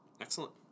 Excellent